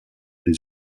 des